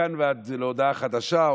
מכאן ועד להודעה חדשה.